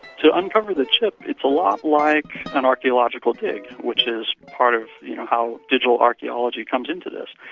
to uncover the chip it's a lot like an archaeological dig, which is part of you know how digital archaeology comes into this.